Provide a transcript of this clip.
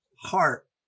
heart